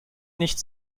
nicht